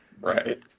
right